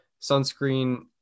sunscreen